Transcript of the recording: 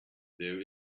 there